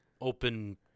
Open